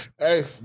Hey